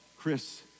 Chris